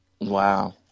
Wow